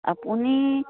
আপুনি